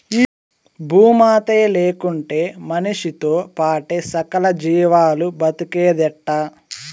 ఈ భూమాతే లేకుంటే మనిసితో పాటే సకల జీవాలు బ్రతికేదెట్టా